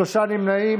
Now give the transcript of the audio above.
שלושה נמנעים.